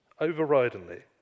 overridingly